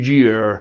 Year